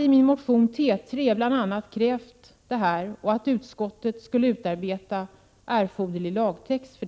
I min motion T3 har jag bl.a. krävt detta och att utskottet skulle utarbeta i detta sammanhang erforderlig lagtext.